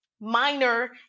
minor